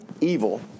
Evil